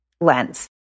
lens